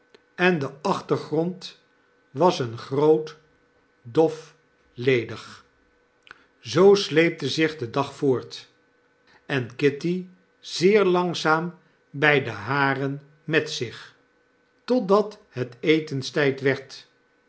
en de achtergrond was een groot dof zoo sleepte zich de dag voort en kitty zeer langzaam bij de haren met zich totdat het etenstijd werd